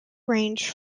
range